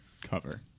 cover